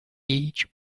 each